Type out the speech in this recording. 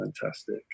fantastic